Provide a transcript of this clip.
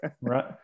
right